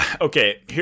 Okay